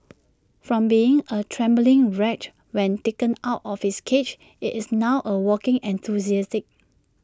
from being A trembling wreck when taken out of its cage IT is now A walking enthusiast